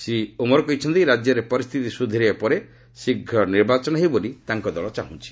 ସେ କହିଛନ୍ତି ରାଜ୍ୟରେ ପରିସ୍ଥିତି ସୁଧୁରିବା ପରେ ଶୀଘ୍ର ନିର୍ବାଚନ ହେଉ ବୋଲି ତାଙ୍କ ଦଳ ଚାହୁଁଛି